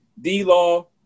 D-Law